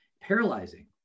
paralyzing